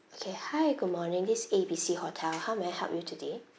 okay hi good morning this A B C hotel how may I help you today